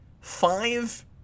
Five